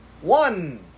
One